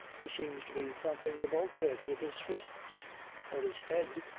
he seems to be thumping the bulkhead with his fists or his head.